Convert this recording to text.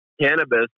cannabis